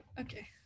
Okay